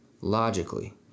logically